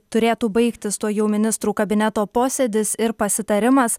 turėtų baigtis tuojau ministrų kabineto posėdis ir pasitarimas